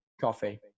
Coffee